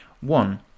one